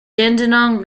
dandenong